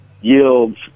yields